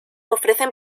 ofrecen